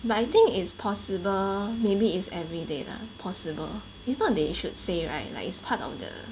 but I think it's possible maybe it's everyday lah possible if not they should say right like it's part of the